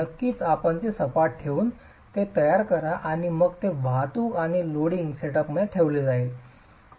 नक्कीच आपण ते सपाट ठेवून ते तयार करा आणि मग ते वाहतूक आणि लोडिंग सेटअपमध्ये ठेवले जाईल